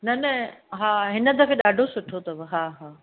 न न हा हिन दफ़े ॾाढो सुठो अथव हा हा